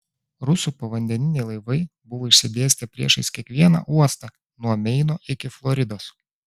rusų povandeniniai laivai buvo išsidėstę priešais kiekvieną uostą nuo meino iki floridos